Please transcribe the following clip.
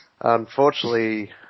Unfortunately